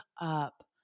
up